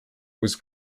was